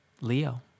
leo